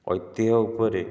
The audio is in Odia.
ଐତିହ୍ୟ ଉପରେ